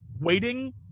waiting